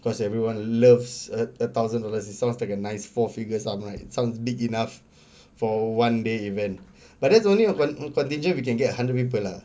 cause everyone loves a a thousand dollars it sounds like a nice four figures ah like sounds big enough for one day event but then it's only con~ contingent if we can get a hundred people lah